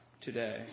today